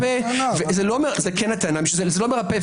זו כן הטענה כי זה לא מרפא.